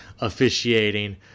officiating